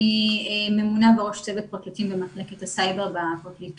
אני ממונה וראש צוות פרקליטים במחלקת הסייבר בפרקליטות.